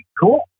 cool